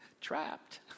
Trapped